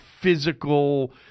physical